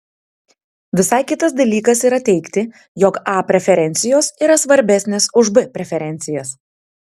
visai kitas dalykas yra teigti jog a preferencijos yra svarbesnės už b preferencijas